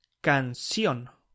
canción